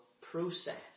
process